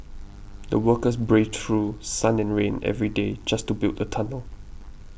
the workers braved through sun and rain every day just to build the tunnel